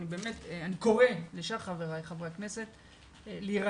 אבל אני קורא לשאר חבריי חברי הכנסת להירתם,